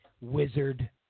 wizard